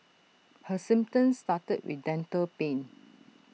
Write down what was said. her symptoms started with dental pain